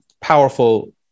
powerful